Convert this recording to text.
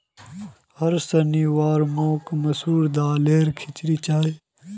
होर शनिवार मोक मसूर दालेर खिचड़ी चाहिए